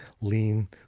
lean